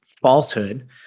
falsehood